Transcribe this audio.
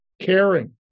caring